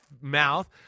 mouth